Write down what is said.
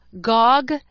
GOG